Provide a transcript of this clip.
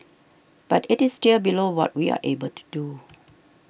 but it is still below what we are able to do